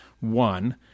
one